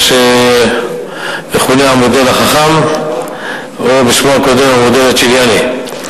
מה שמכונה המודל החכ"מ או בשמו הקודם "המודל הצ'יליאני"